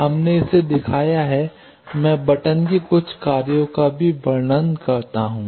हमने इसे दिखाया है मैं बटन के कुछ कार्यों का भी वर्णन करता हूं